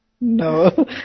No